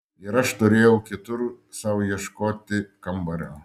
ir aš turėjau kitur sau ieškoti kambario